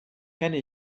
kenne